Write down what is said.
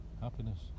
Happiness